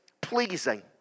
pleasing